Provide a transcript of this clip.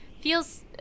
Feels